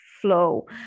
flow